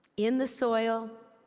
in the soil,